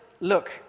look